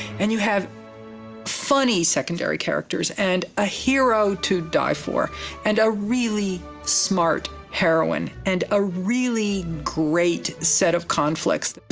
and you have funny secondary characters and a hero to die for and a really smart heroine and a really great set of conflicts.